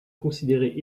considéré